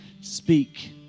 Speak